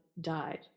died